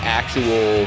actual